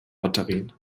batterien